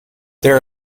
there